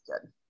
good